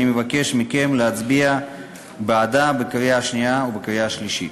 אני מבקש מכם להצביע בעדה בקריאה שנייה ובקריאה שלישית.